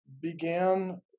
began